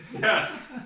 Yes